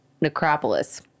necropolis